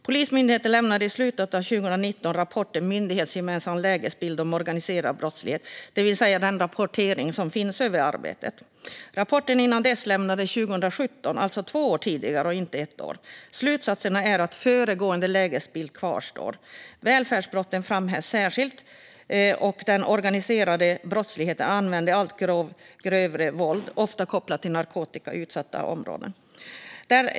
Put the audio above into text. Polismyndigheten lämnade i slutet av 2019 rapporten Myndighetsgemensam lägesbild om organiserad brottslighet , det vill säga den rapportering som finns över arbetet. Rapporten innan dess lämnades 2017, alltså två år tidigare - inte ett år. Slutsatserna är att föregående lägesbild kvarstår. Välfärdsbrotten framhävs särskilt, och man betonar att den organiserade brottsligheten använder allt grövre våld, ofta kopplat till narkotika i utsatta områden.